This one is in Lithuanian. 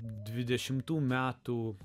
dvidešimtų metų